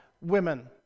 women